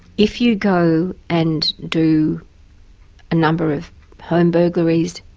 if you go and do a number of home burglaries,